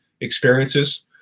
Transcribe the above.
experiences